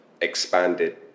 expanded